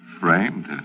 framed